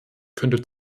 könnte